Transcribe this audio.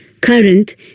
current